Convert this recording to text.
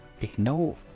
Ignore